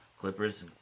Clippers